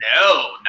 no